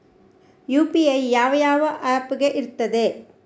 UPI ಯಾವ ಯಾವ app ಗೆ ಇರ್ತದೆ?